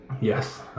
Yes